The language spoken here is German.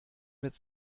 mit